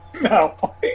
No